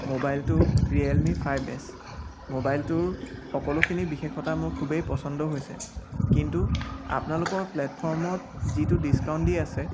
মবাইলটো Realme five S মোবাইলটোৰ সকলোখিনি বিশেষতা মোৰ খুবেই পচণ্ড হৈছে কিন্তু আপোনালোকৰ প্লেটফৰ্মত এইটো ডিছকাউণ্ট দি আছে